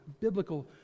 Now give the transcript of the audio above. biblical